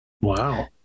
Wow